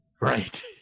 right